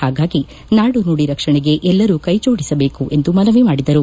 ಹಾಗಾಗಿ ನಾಡು ನುಡಿ ರಕ್ಷಣೆಗೆ ಎಲ್ಲರೂ ಕೈಜೋಡಿಸಬೇಕು ಎಂದು ಮನವಿ ಮಾಡಿದರು